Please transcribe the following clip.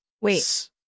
Wait